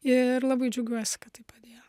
ir labai džiaugiuosi kad tai padėjo